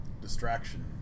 distraction